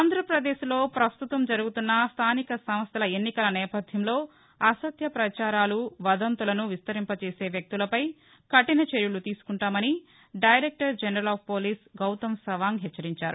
ఆంధ్రాపదేశ్ లో ప్రస్తుతం జరుగుతున్న స్దానిక సంస్థల ఎన్నికల నేపధ్యంలో అసత్య ప్రచారాలు వదంతులను విస్తరింపచేసే వ్యక్తులపై కఠినచర్యలు తీసుకుంటామని director general of police Gautam Sawang హెచ్చరించారు